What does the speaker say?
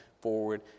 forward